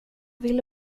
ville